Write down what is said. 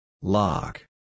Lock